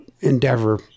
endeavor